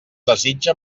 desitja